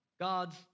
God's